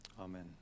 Amen